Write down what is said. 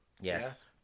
Yes